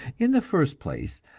in the first place,